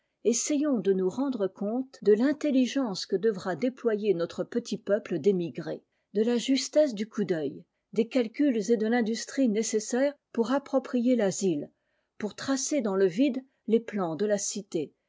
essayons de nous rendre compte de l'intelligence que devra déployer notre petit peuple d'émigrées de la tesse du coup d'œil des calculs et de l'intrie nécessaires pour approprier l'asile pour tracer dans le vide les plans de la cité